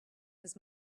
his